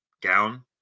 gown